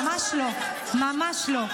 לטעמך --- ממש לא, ממש לא.